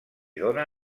dóna